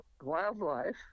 wildlife